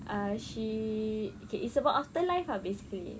uh she okay it's about afterlife ah basically